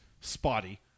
spotty